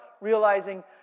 realizing